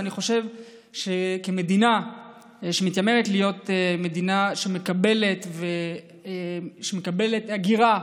ואני חושב שכמדינה שמתיימרת להיות מדינה שמקבלת הגירה,